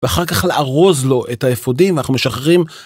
ואחר כך לארוז לו את האפודים ואנחנו משחררים.